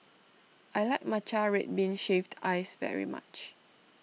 I like Matcha Red Bean Shaved Ice very much